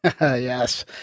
Yes